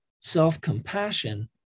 Self-compassion